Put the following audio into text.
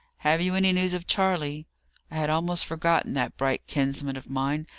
have you any news of charley? i had almost forgotten that bright kinsman of mine,